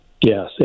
Yes